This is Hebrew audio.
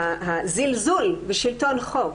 הזלזול בשלטון חוק,